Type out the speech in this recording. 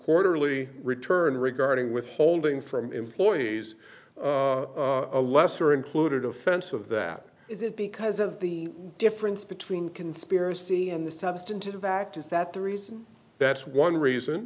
quarterly return regarding withholding from employees a lesser included offense of that is it because of the difference between conspiracy and the substantive fact is that the reason that's one reason